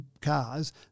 cars